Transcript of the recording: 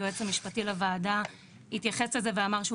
היועץ המשפטי לוועדה התייחס לזה והוא אמר שהוא